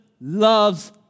loves